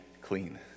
clean